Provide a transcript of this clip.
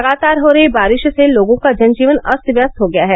लगातार हो रही बारिश से लोगों का जन जीवन अस्त व्यस्त हो गया है